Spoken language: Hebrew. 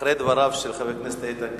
אחרי דבריו של חבר הכנסת איתן כבל,